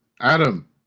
Adam